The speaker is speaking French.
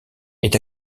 est